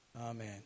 amen